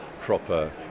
proper